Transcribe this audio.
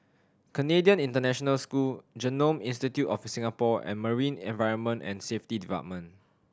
Canadian International School Genome Institute of Singapore and Marine Environment and Safety Department